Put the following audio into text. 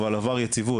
אבל עבר יציבות.